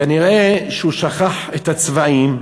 כנראה הוא שכח את הצבעים,